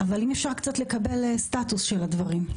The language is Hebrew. אבל אם אפשר קצת לקבל סטטוס של הדברים.